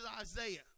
Isaiah